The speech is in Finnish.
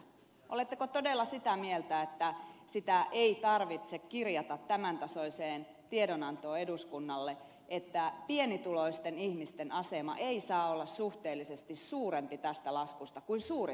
oletteko todella sitä mieltä että sitä ei tarvitse kirjata tämän tasoiseen tiedonantoon eduskunnalle että pienituloisten ihmisten asema ei saa olla suhteellisesti suurempi tästä laskusta kuin suurituloisten